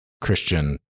Christian